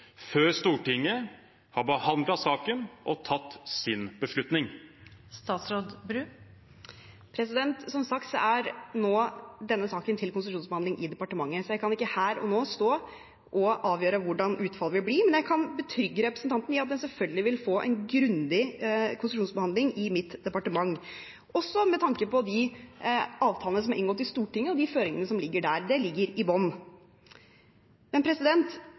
før Stortinget har behandlet saken og tatt sin beslutning? Som sagt er denne saken nå til konsesjonsbehandling i departementet. Jeg kan ikke her og nå stå og avgjøre hvordan utfallet vil bli, men jeg kan betrygge representanten om at saken selvfølgelig vil få en grundig konsesjonsbehandling i mitt departement – også med tanke på avtalene som er inngått i Stortinget, og føringene som ligger der. Det ligger i